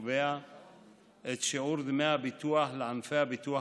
קובע את שיעור דמי הביטוח לענפי הביטוח